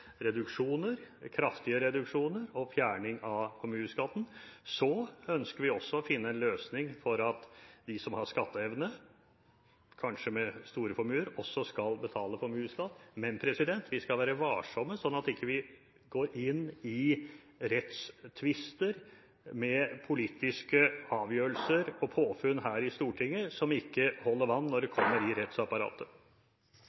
reduksjoner, kraftige reduksjoner, og fjerning av formuesskatten. Vi ønsker også å finne en løsning for at de som har skatteevne, kanskje med store formuer, også skal betale formuesskatt. Men vi skal være varsomme, så vi ikke går inn i rettstvister, med politiske avgjørelser og påfunn her i Stortinget som ikke holder vann når